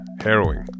harrowing